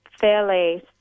fairly